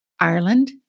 Ireland